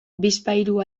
bizpahiru